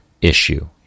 issue